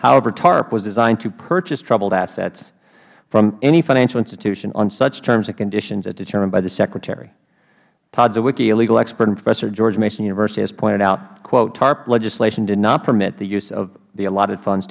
however tarp was designed to purchase troubled assets from any financial institution on such terms and conditions as determined by the secretary todd a legal expert and professor at george mason university has pointed out tarp legislation did not permit the use of the allotted funds